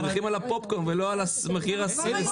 מרוויחים על הפופקורן ולא על מחיר הכרטיס.